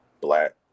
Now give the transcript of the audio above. black